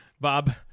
Bob